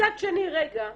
מצד שני אני